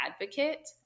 advocate